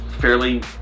Fairly